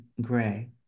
gray